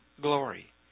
glory